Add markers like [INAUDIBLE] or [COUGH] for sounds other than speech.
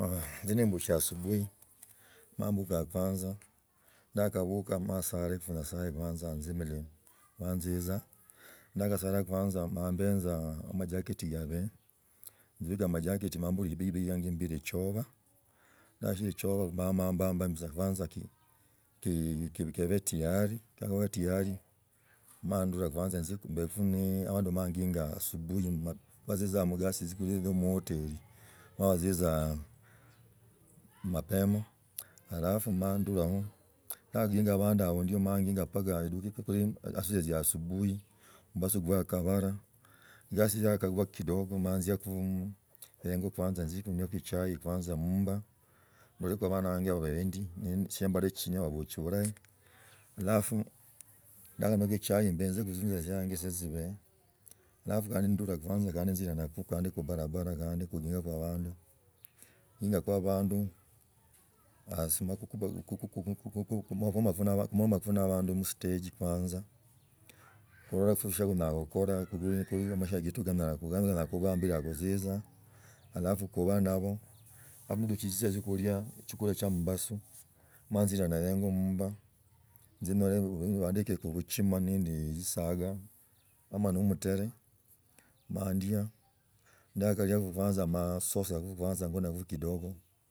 Nzi khumama mbuka omanyi kunyi kubandu balokori kumala kugola tzigasi mbaka noonyola we ogani ogana nolushi sichira kuli ne abandu be mihitizo nbandu balogoli ne abandu bamala kusamura na abandu ba mihenzo. Kuzi ke mbukaa asubuhi kendachia kutanga mbanza namba engo sichira zaangora simbaye mb [HESITATION] mumirimi nimbao engo eyo nimbuka asubuhi mbaaza kwanza nzie endole abana ndakupanga abana bulahi. Abana yabo bakudeka echai bulahi. Bakadeka echai nanza kandi ndulambenza omanye kandi kibala kino bibi babaeko mitugu kandi baliva chibula basi manzi enzako tzing’ombe tnzia tzibae ndi ziguni ndi chikira kandi mitugu kanekanga omanya emitugujiene iji jinyala kuba jilwalaa jinyala kuba jibe ndi nobuka asubuhi emituga ichi jigoni ndi, jinywe amatzi baasi nomanya tzinyu [HESITATION] amatzi baasi nindakamanya emitugu jila jiakanywa amatzi baasi ndilo lwamala nzilana ammumba ndakilana mumba nanyola mukala yakadaka kachai manzi nywa kachai yaka. Ndakanywa kachai basi kunzikalaka na mukele nammbola basi kanzi uno nanzieabundu nazie mumurimi, nzie kutagaku tubwoni abundu rulani namba tuduma baasi mambora mukere baao sasa iba kora noeyako munyumba chikira omanyi omundu omukere kandi mbaka atange ahenzako inyumba, liboma libola ndi obundu eyala na hale kali eme ekolomana abundu ote kuzendi omanyi kubehe ndi omanyiki eldoreti, onyala kuzia kali bungoma onyala kuzia kali kapenguria